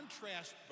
contrast